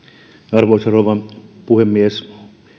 arvoisa rouva puhemies